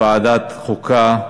לוועדת החוקה,